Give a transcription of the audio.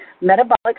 metabolic